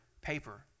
paper